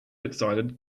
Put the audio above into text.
excited